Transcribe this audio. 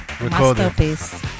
Masterpiece